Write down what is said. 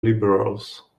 liberals